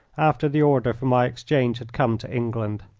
after the order for my exchange had come to england.